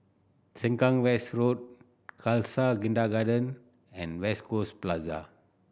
Sengkang West Road Khalsa Kindergarten and West Coast Plaza